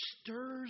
stirs